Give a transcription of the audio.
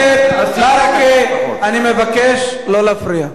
חבר הכנסת ברכה, אני מבקש לא להפריע.